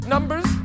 Numbers